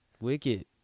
Wicked